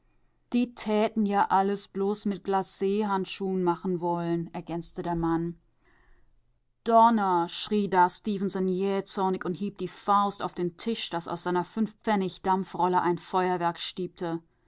die täten ja alles bloß mit glachandschuh'n machen woll'n ergänzte der mann donner schrie da stefenson jähzornig und hieb die faust auf den tisch daß aus seiner fünfpfennigdampfrolle ein feuerwerk